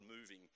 moving